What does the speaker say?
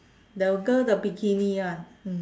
the girl the bikini ya mm